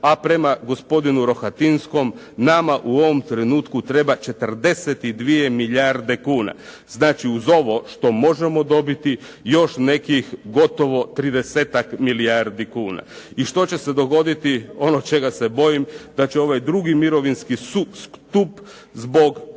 a prema gospodinu Rohatinskom nama u ovom trenutku treba 42 milijarde kuna. Znači, uz ovo što možemo dobiti još nekih gotovo tridesetak milijardi kuna. I što će se dogoditi, ono čega se bojim da će ovaj drugi mirovinski stup zbog između